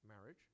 marriage